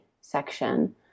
section